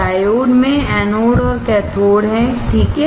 diode में anode और cathode है ठीक है